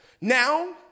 now